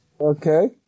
Okay